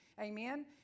amen